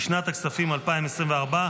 לשנת הכספים 2024,